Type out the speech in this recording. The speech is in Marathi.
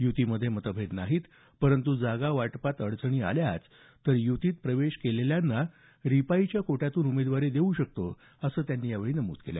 युतीमध्ये मतभेद नाहीत परंतु जागा वाटपात अडचणी आल्याच तर युतीत प्रवेश केलेल्यांना रिपाईच्या कोट्यातून उमेदवारी देऊ असंही त्यांनी नमूद केलं